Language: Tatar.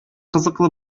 кызыклы